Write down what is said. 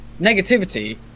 negativity